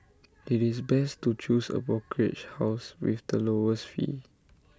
IT is best to choose A brokerage house with the lowest fees